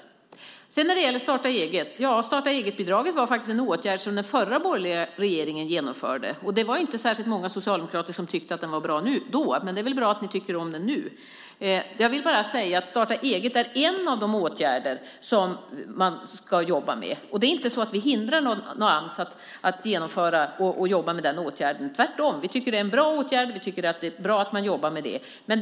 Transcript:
När det sedan gäller att starta eget vill jag säga att starta-eget-bidraget faktiskt var en åtgärd som den förra borgerliga regeringen genomförde. Det var inte särskilt många socialdemokrater som tyckte att den åtgärden var bra då, men det är väl bra att ni tycker om den nu. Starta-eget-bidraget är en av de åtgärder som man ska jobba med. Vi hindrar inte Ams att genomföra och jobba med den åtgärden. Tvärtom tycker vi att det är en bra åtgärd, och vi tycker att det är bra att man jobbar med detta.